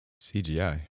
CGI